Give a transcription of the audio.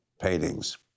paintings